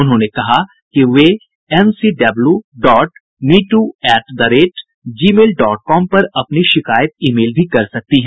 उन्होंने कहा कि वे NCW dot me too at the rate Gmail dot com पर अपनी शिकायत ई मेल भी कर सकती हैं